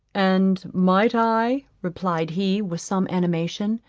and might i, replied he with some animation,